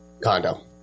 condo